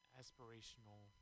aspirational